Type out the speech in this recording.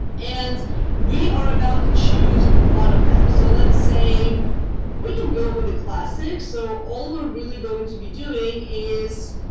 and we are about to choose one of them. so let's say we can go with a classic. so all we're really going to be doing is,